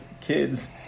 kids